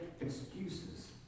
excuses